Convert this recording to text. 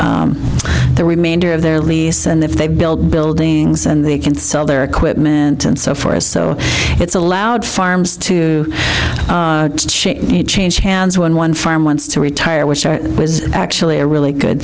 off the remainder of their lease and if they build buildings and they can sell their equipment and so forth so it's allowed farms to change hands when one farm wants to retire which are was actually a really good